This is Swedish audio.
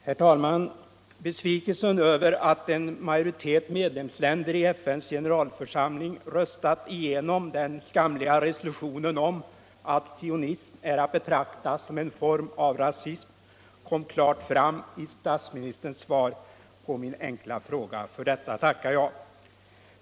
Herr talman! Besvikelsen över att en majoritet medlemsländer i FN:s generalförsamling röstat igenom den skamliga resolutionen om att sionism är att betrakta som en form av rasism kom klart fram i statsministerns svar på min enkla fråga. För detta tackar jag.